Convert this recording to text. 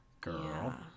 Girl